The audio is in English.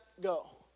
go